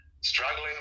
struggling